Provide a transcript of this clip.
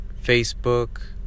facebook